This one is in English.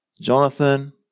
Jonathan